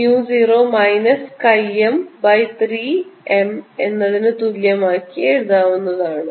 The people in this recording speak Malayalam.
അതിനെ chi m b over mu 0 മൈനസ്chi m by 3 m എന്നതിനു തുല്യമായി എഴുതാവുന്നതാണ്